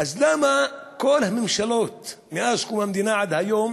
אז למה כל הממשלות מאז קום המדינה ועד היום